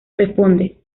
responde